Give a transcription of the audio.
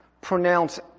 pronounce